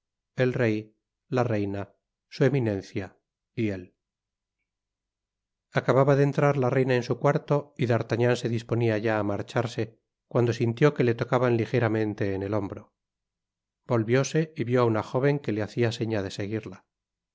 el rey la reina su eminencia y él acababa de entrar la reina en su cuarto y d'artagnan se disponia ya á marcharse cuando sintió que le tocaban lijeramente en el hombro volvióse y vió á una jóven que le hacia seña de seguirla